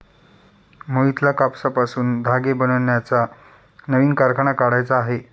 मोहितला कापसापासून धागे बनवण्याचा नवीन कारखाना काढायचा आहे